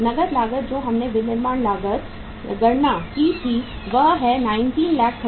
नकद लागत जो हमने विनिर्माण लागत गणना की थी वह है 1935000